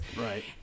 Right